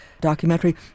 documentary